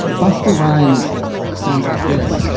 busta rhymes yeah sounds like this,